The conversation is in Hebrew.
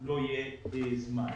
אני אתחיל